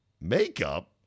Makeup